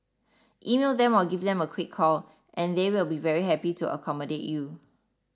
email them or give them a quick call and they will be very happy to accommodate you